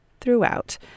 throughout